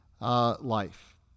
life